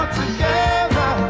together